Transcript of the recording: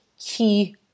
key